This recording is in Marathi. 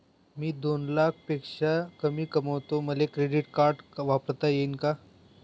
मी दोन लाखापेक्षा कमी कमावतो, मले क्रेडिट कार्ड वापरता येईन का?